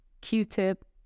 Q-Tip